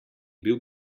bil